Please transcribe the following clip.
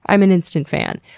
i'm an instant fan.